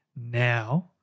now